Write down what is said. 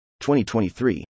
2023